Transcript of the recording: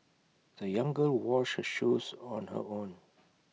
the young girl washed her shoes on her own